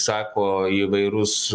sako įvairūs